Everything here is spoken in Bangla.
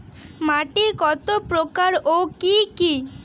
মাটি কতপ্রকার ও কি কী?